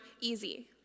easy